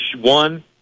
one